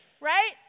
Right